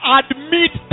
admit